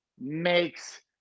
makes